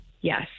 Yes